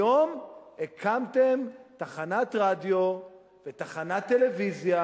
היום הקמתם תחנת רדיו ותחנת טלוויזיה,